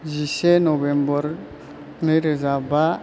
जिसे नभेम्बर नैरोजा बा